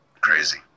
Crazy